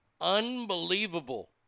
Unbelievable